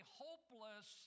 hopeless